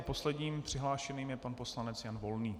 Posledním přihlášeným je pan poslanec Jan Volný.